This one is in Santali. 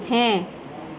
ᱦᱮᱸ